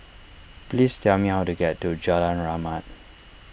please tell me how to get to Jalan Rahmat